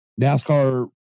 NASCAR